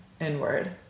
inward